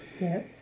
Yes